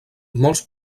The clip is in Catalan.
molts